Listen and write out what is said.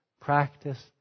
practice